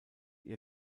ihr